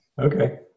Okay